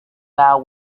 vow